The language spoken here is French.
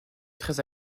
très